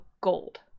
gold